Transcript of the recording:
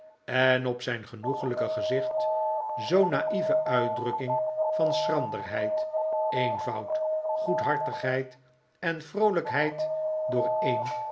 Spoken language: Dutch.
en op zijn genoeglijke gezicht zoo'n naieve uitdrukking van schranderheid eenvoud goedhartigheid en vroolijkheid dooreen